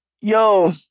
yo